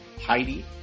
Heidi